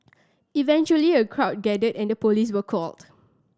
eventually a crowd gathered and the police were called